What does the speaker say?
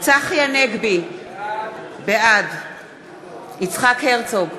צחי הנגבי, בעד יצחק הרצוג,